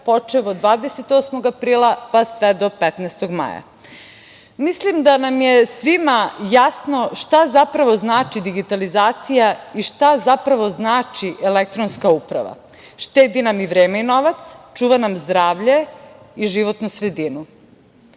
počev od 28. aprila, pa sve do 15. maja. Mislim da nama je svima jasno šta zapravo znači digitalizacija i šta zapravo znači elektronska uprava. Štedi nam vreme i novac, čuva nam zdravlje i životnu sredinu. Procene